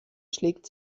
schlägt